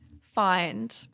find